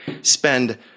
spend